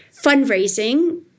Fundraising